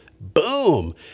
Boom